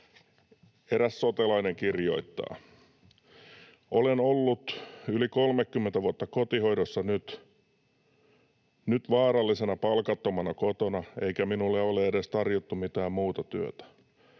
Eräs sotelainen kirjoittaa: ”Olen ollut yli 30 vuotta kotihoidossa, nyt vaarallisena palkattomana kotona, eikä minulle ole edes tarjottu mitään muuta työtä.